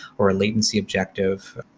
or a latency objective,